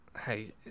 Hey